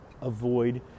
avoid